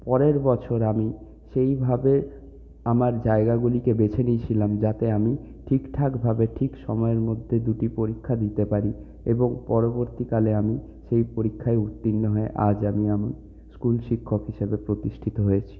পরের বছর আমি সেইভাবে আমার জায়গাগুলিকে বেছে নিয়েছিলাম যাতে আমি ঠিকঠাকভাবে ঠিক সময়ের মধ্যে দুটি পরীক্ষা দিতে পারি এবং পরবর্তীকালে আমি সেই পরীক্ষায় উত্তীর্ণ হয়ে আজ আম আমি স্কুল শিক্ষক হিসেবে প্রতিষ্ঠিত হয়েছি